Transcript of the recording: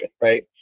right